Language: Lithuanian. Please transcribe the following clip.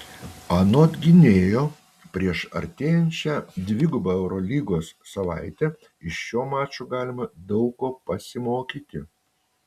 anot gynėjo prieš artėjančią dvigubą eurolygos savaitę iš šio mačo galima daug ko pasimokyti